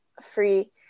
free